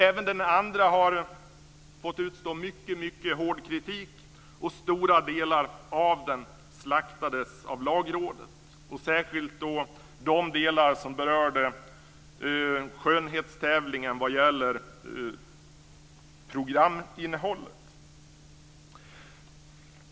Även den andra utredningen har fått utstå mycket hård kritik. Stora delar av den slaktades av Lagrådet, särskilt de delar som berörde skönhetstävlingen vad gäller programinnehållet.